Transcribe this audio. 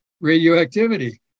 radioactivity